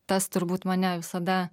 tas turbūt mane visada